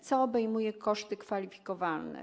Co obejmuje koszty kwalifikowalne?